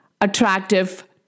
attractive